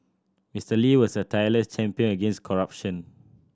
Mister Lee was a tireless champion against corruption